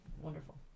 Wonderful